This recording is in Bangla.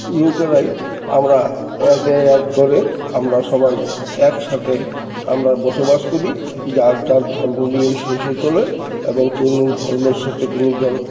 লোকেরাই আমরা একে এক করে আমরা সবাই একসাথে আমরা বসবাস করি যার যার ধর্ম নিয়ে শেষে চলে এবং কোনো ধর্মের সাথে কোনো ধর্ম